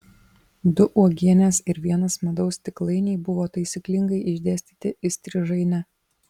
du uogienės ir vienas medaus stiklainiai buvo taisyklingai išdėstyti įstrižaine